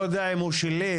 לא יודע אם הוא שלי,